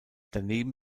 daneben